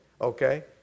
okay